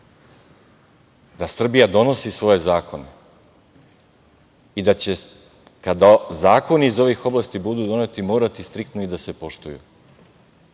Srbija donosi svoje zakone, i da će kada zakoni iz ove oblasti budu doneti, morati striktno i da se poštuju,